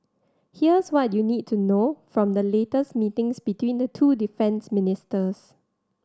here's what you need to know from the latest meetings between the two defence ministers